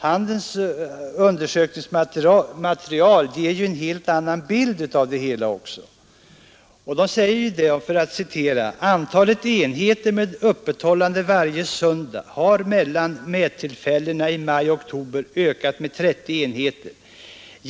Handels undersökningsmaterial ger också en helt annan bild av det hela. Man säger: ”Antalet enheter med öppethållande varje söndag har mellan mättillfällena i maj och oktober ökat med 30 enheter.